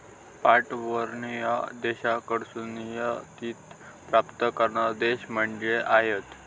पाठवणार्या देशाकडसून निर्यातीत प्राप्त करणारो देश म्हणजे आयात